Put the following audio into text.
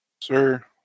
Sir